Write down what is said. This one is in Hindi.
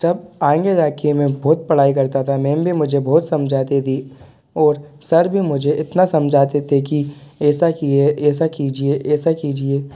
जब आगे जाकर में बहुत पढ़ाई करता था मैम भी मुझे बहुत समझाती थी और सर भी मुझे इतना समझाते थे कि ऐसा कि यह ऐसा कीजिए ऐसा कीजिए